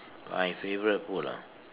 my favourite food ah